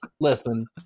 listen